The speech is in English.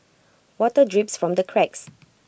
water drips from the cracks